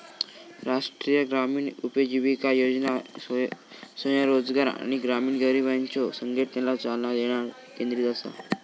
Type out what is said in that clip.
राष्ट्रीय ग्रामीण उपजीविका योजना स्वयंरोजगार आणि ग्रामीण गरिबांच्यो संघटनेला चालना देण्यावर केंद्रित असा